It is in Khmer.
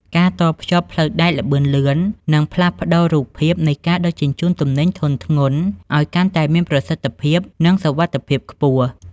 ការតភ្ជាប់ផ្លូវដែកល្បឿនលឿន នឹងផ្លាស់ប្តូររូបភាពនៃការដឹកជញ្ជូនទំនិញធុនធ្ងន់ឱ្យកាន់តែមានប្រសិទ្ធភាព និងសុវត្ថិភាពខ្ពស់។